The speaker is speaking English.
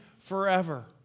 forever